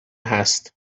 هست